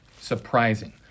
surprising